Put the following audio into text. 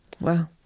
Wow